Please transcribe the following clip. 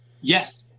Yes